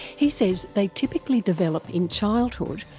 he says they typically develop in childhood,